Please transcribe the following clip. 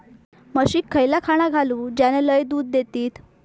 म्हशीक खयला खाणा घालू ज्याना लय दूध देतीत?